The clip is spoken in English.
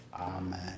amen